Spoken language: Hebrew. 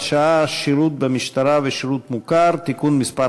שעה) (שירות במשטרה ושירות מוכר) (תיקון מס'